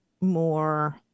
more